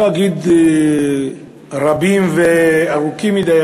לא אגיד רבים וארוכים מדי,